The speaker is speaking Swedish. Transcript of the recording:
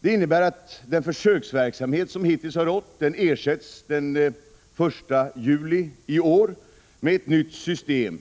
Det innebär att den försöksverksamhet som hittills pågått den 1 juli i år ersätts av ett nytt system